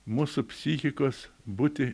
mūsų psichikos būti